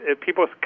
people